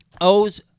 O's